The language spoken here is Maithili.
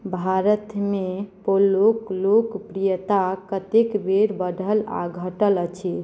भारतमे पोलोक लोकप्रियता कतेक बेर बढ़ल आ घटल अछि